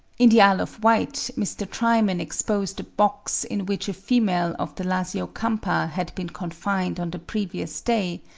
in the isle of wight mr. trimen exposed a box in which a female of the lasiocampa had been confined on the previous day,